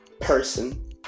person